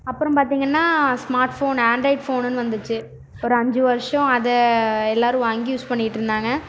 அப்புறம் பார்த்தீங்கன்னா smart phone android ஃபோனுன்னு வந்துச்சு ஒரு அஞ்சு வருஷோம் அதை எல்லோரும் வாங்கி யூஸ் பண்ணிகிட்டிருந்தாங்க